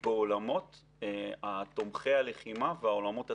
בעולמות תומכי הלחימה והעולמות הטכנולוגיים.